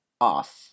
off